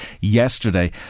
yesterday